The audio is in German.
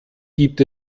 gibt